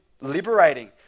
liberating